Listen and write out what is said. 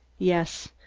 yes.